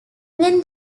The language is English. when